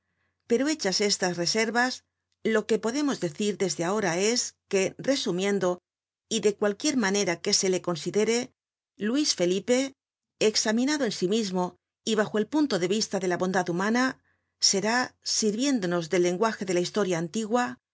pero hechas estas reservas lo que podemos decir desde ahora es que resumiendo y de cualquier manera que se le considere luis felipe examinado en sí mismo y bajo el punto de vista de la bondad humana será sirviéndonos del lenguaje de la historia antigua